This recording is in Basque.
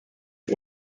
edo